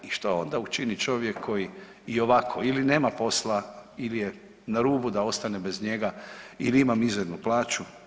I šta onda učini čovjek koji i ovako ili nema posla ili je na rubu da ostane bez njega ili ima mizernu plaću?